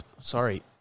sorry